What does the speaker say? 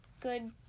good